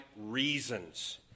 reasons